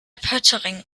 poettering